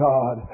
God